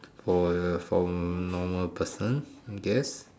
for the from normal person I guess